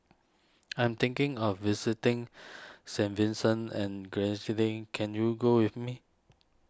I am thinking of visiting Saint Vincent and can you go with me